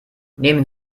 nehmen